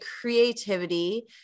creativity